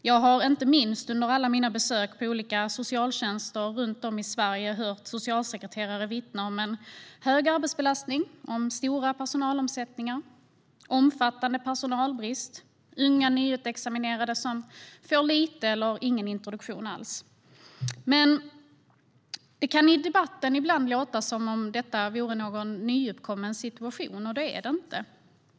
Jag har, inte minst under alla mina besök på olika socialtjänster runt om i Sverige, hört socialsekreterare vittna om hög arbetsbelastning, stor personalomsättning, omfattande personalbrist och unga nyutexaminerade som får för lite introduktion eller ingen alls. Det kan i debatten ibland låta som om detta vore någon nyuppkommen situation, men det är det inte.